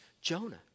Jonah